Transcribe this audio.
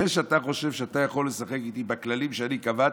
זה שאתה חושב שאתה יכול לשחק איתי בכללים שאני קבעתי,